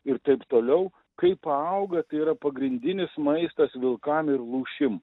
ir taip toliau kai paauga tai yra pagrindinis maistas vilkam ir lūšim